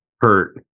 hurt